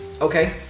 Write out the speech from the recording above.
Okay